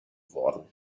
worden